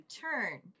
turn